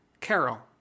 Carol